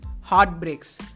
heartbreaks